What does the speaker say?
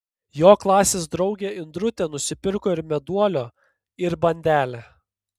jo klasės draugė indrutė nusipirko ir meduolio ir bandelę